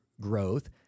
growth